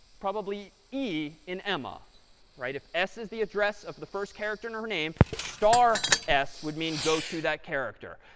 probably e in emma right? if s is the address of the first character of her name, star s would mean go to that character.